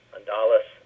Andalus